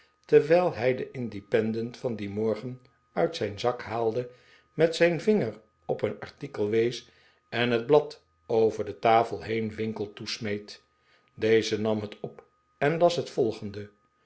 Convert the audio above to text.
terwijl hij den independent van dien morgen uit zijn zak haalde met zijn vinger op een artikel wees en het blad over de tafel heen winkle toesmeet deze nam het op en las het volgende